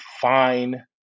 fine